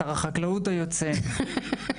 שר החקלאות היוצא,